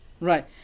right